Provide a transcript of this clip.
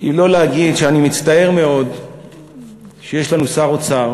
אם לא להגיד שאני מצטער מאוד שיש לנו שר אוצר